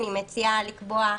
אני מציעה לקבוע,